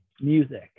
music